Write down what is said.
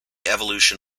evolution